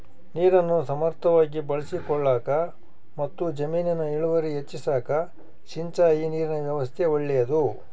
ನೀರನ್ನು ಸಮರ್ಥವಾಗಿ ಬಳಸಿಕೊಳ್ಳಾಕಮತ್ತು ಜಮೀನಿನ ಇಳುವರಿ ಹೆಚ್ಚಿಸಾಕ ಸಿಂಚಾಯಿ ನೀರಿನ ವ್ಯವಸ್ಥಾ ಒಳ್ಳೇದು